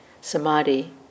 samadhi